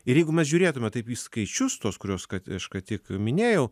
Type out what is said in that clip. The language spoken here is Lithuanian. ir jeigu mes žiūrėtume taip į skaičius tuos kuriuos kad aš ką tik minėjau